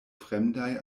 fremdaj